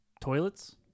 Toilets